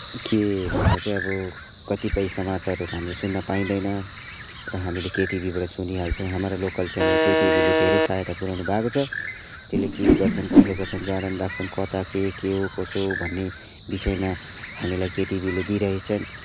के भन्दा चाहिँ अब कतिपय समाचारहरू हामी सुन्न पाइँदैन र हामीले केटिभीबाट सुनिहाल्छौँ हाम्रो लोकल च्यानल केटिभीले धेरै सहायता पुऱ्याउनुभएको छ त्यसले के गर्छन् कसो गर्छन् जहाँबाट पनि राख्छन् कता के के हो कसो हो भन्ने विषयमा हामीलाई केटिभीले दिइरहेका छन्